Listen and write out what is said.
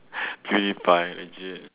pewdiepie legit